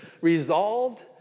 Resolved